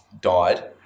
died